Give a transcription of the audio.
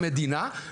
המדינה,